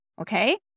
Okay